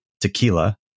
tequila